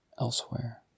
elsewhere